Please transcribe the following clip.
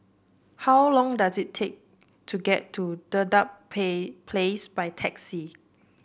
how long does it take to get to Dedap Pay Place by taxi